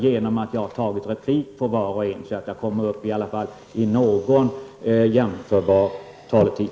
Genom att jag begärt replik på var och en av dem kommer jag upp i en något sånär jämförbar taletid.